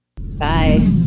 Bye